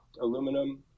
Aluminum